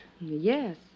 Yes